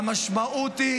והמשמעות היא